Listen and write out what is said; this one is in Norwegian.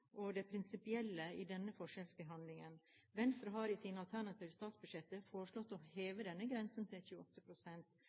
og det prinsipielle i denne forskjellsbehandlingen? Venstre har i sine alternative statsbudsjetter foreslått å